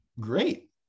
great